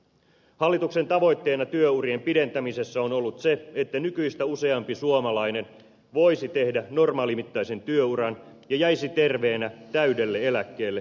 hallituksen tavoitteena työurien pidentämisessä on ollut se että nykyistä useampi suomalainen voisi tehdä normaalimittaisen työuran ja jäisi terveenä täydelle eläkkeelle